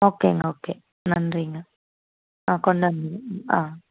ஓகேங்க ஓகே நன்றிங்க ஆ கொண்டு ஆ